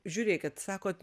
žiūrėkit sakot